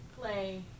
play